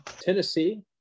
Tennessee